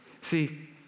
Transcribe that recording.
See